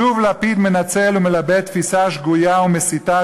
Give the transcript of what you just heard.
שוב לפיד מנצל ומלבה תפיסה שגויה ומסיתה